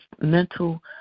Mental